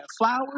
flowers